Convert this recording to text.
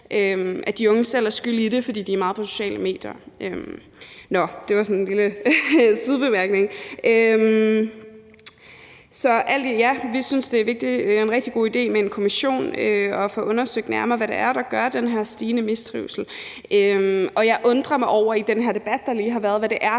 at de unge selv er skyld i det, fordi de er meget på de sociale medier. Nå, det var sådan en lille sidebemærkning. Så vi synes, det er en rigtig god idé med en kommission og at få undersøgt nærmere, hvad det er, der gør, at der er den her stigende mistrivsel, og jeg undrer mig i den debat, der lige har været også over,